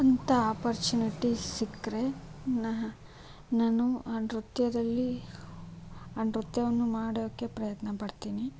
ಅಂಥ ಆಪರ್ಚುನಿಟಿ ಸಿಕ್ಕರೆ ನಾ ನಾನು ಆ ನೃತ್ಯದಲ್ಲಿ ಆ ನೃತ್ಯವನ್ನು ಮಾಡೋಕ್ಕೆ ಪ್ರಯತ್ನಪಡ್ತೀನಿ